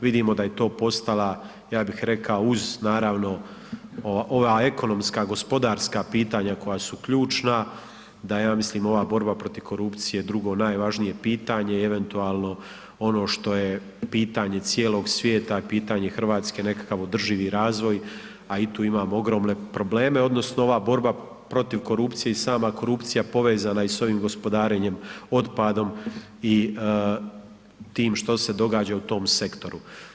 Vidimo da je to postala ja bih rekao uz naravno ova ekonomska, gospodarska pitanja koja su ključna, da ja mislim ova borba protiv korupcije drugo najvažnije pitanje i eventualno ono što je pitanje cijelog svijeta, je pitanje Hrvatske nekakav održivi razvoj, a i tu imamo ogromne probleme odnosno ova borba protiv korupcije i sama korupcija povezana je i s ovim gospodarenjem otpadom i tim što se događa u tom sektoru.